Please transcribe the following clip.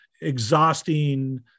exhausting